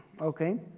okay